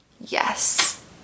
Yes